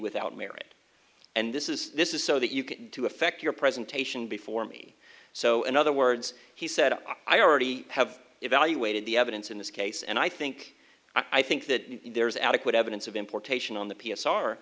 without merit and this is this is so that you can to affect your presentation before me so in other words he said i already have evaluated the evidence in this case and i think i think that there is adequate evidence of importation on the p